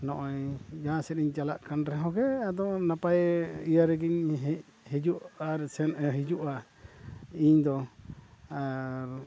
ᱱᱚᱜᱼᱚᱭ ᱡᱟᱦᱟᱸ ᱥᱮᱫ ᱤᱧ ᱪᱟᱞᱟᱜ ᱠᱟᱱ ᱨᱮᱦᱚᱸ ᱜᱮ ᱟᱫᱚ ᱱᱟᱯᱟᱭ ᱤᱭᱟᱹ ᱨᱮᱜᱮᱧ ᱦᱮᱡ ᱦᱤᱡᱩᱜ ᱟᱨ ᱥᱮᱱ ᱦᱤᱡᱩᱜᱼᱟ ᱤᱧᱫᱚ ᱟᱨ